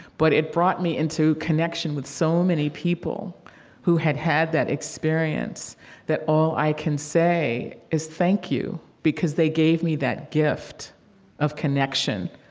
but it brought me into connection with so many people who had had that experience that all i can say is thank you, because they gave me that gift of connection.